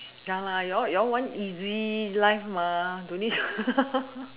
ya lah you all you all want easy life mah don't need to